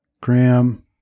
Graham